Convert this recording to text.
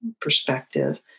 perspective